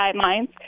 guidelines